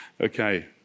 Okay